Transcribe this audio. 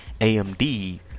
AMD